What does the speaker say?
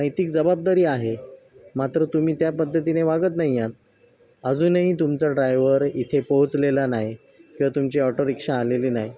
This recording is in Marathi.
नैतिक जबाबदारी आहे मात्र तुम्ही त्या पद्धतीने वागत नाही आहात अजूनही तुमचा ड्रायवर इथे पोहोचलेला नाही किंवा तुमची ऑटो रिक्षा आलेली नाही